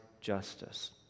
justice